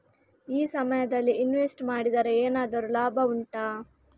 ಈ ಸಮಯದಲ್ಲಿ ಇನ್ವೆಸ್ಟ್ ಮಾಡಿದರೆ ಏನಾದರೂ ಲಾಭ ಉಂಟಾ